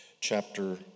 chapter